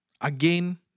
again